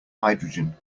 hydrogen